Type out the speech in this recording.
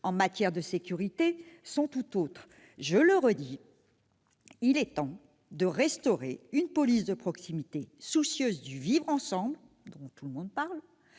en matière de sécurité sont tout autres. Je le répète, il est temps de restaurer une police de proximité soucieuse du vivre ensemble, dont tout le monde parle,